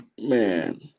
man